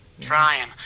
trying